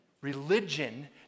Religion